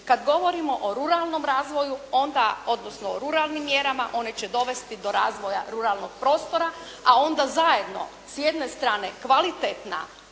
Kada govorimo o ruralnom razvoju, onda, odnosno o ruralnim mjerama, one će dovesti do razvoja ruralnog prostora, a onda zajedno s jedne strane kvalitetna,